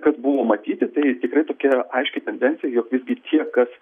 kas buvo matyti tai tikrai tokia aiški tendencija jog visgi tie kas